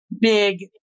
big